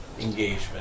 engagement